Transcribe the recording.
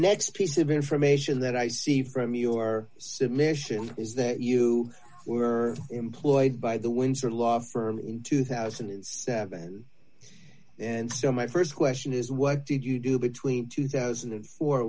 next piece of information that i see from your submission is that you were employed by the windsor law firm in two thousand and seven and so my st question is what did you do between two thousand and four